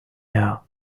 air